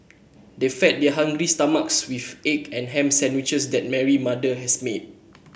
they fed their hungry stomachs with egg and ham sandwiches that Mary mother has made